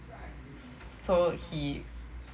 so he